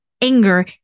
anger